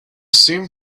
seemed